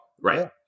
Right